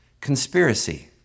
conspiracy